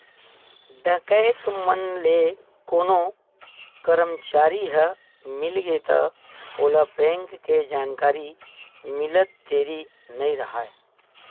डकैत मन ले कोनो करमचारी ह मिलगे त ओला बेंक के जानकारी मिलत देरी नइ राहय